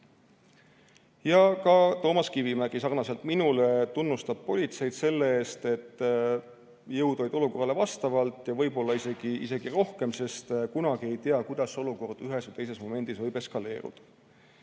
on. Ka Toomas Kivimägi sarnaselt minuga tunnustas politseid selle eest, et jõud olid olukorrale vastavad ja võib-olla oli neid isegi rohkem, sest kunagi ei tea, kuidas olukord ühel või teisel momendil võib eskaleeruda